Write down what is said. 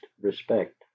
respect